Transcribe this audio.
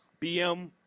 BM